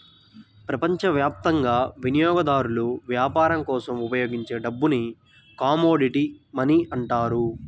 ప్రపంచవ్యాప్తంగా వినియోగదారులు వ్యాపారం కోసం ఉపయోగించే డబ్బుని కమోడిటీ మనీ అంటారు